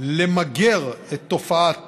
למגר את תופעת